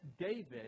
David